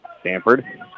Stanford